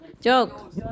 Joke